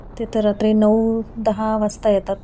ते तर रात्री नऊ दहा वाजता येतात